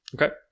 Okay